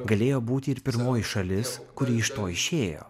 galėjo būti ir pirmoji šalis kuri iš to išėjo